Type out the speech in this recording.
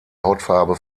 hautfarbe